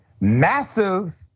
massive